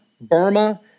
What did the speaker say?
Burma